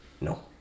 No